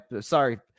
Sorry